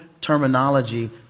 terminology